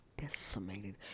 decimated